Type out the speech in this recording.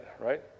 Right